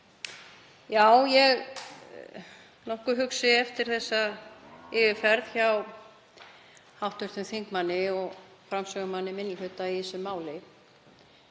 Ég er nokkuð hugsi eftir þessa yfirferð hjá hv. þingmanni og framsögumanni minni hluta í þessu máli.